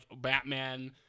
batman